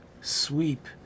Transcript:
sweep